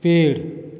पेड़